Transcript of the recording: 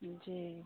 जी